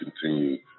continue